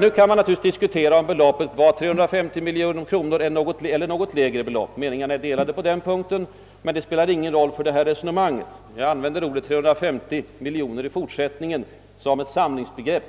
Nu kan man naturligtvis diskutera, om beloppet var 350 miljoner kronor eller något lägre — meningarna är delade på den punkten — men det spelar ingen roll för resonemanget. Jag använder siffran 350 miljoner i fort: sättningen som ett samlingsbegrepp